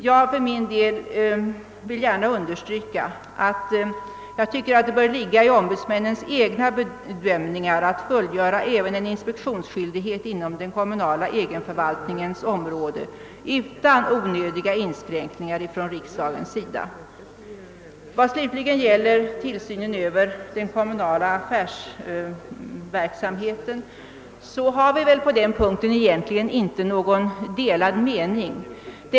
Jag vill gärna understryka, att det bör ankomma på ombudsmännens egen bedömning att fullgöra en inspektionsskyldighet även på den kommunala egenförvaltningens område utan onödiga inskränkningar från riksdagens sida. När det slutligen gäller tillsynen över den kommunala affärsverksamheten så har vi väl egentligen inte några delade meningar.